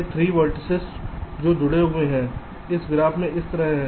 A 3 vertices जो जुड़े हुए हैं एक ग्राफ से इस तरह